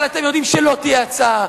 אבל אתם יודעים שלא תהיה הצעה,